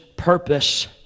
purpose